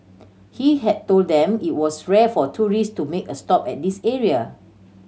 he had told them it was rare for tourist to make a stop at this area